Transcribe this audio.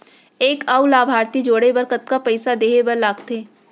एक अऊ लाभार्थी जोड़े बर कतका पइसा देहे बर लागथे?